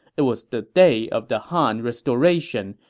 it was the day of the han restoration,